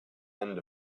end